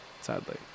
sadly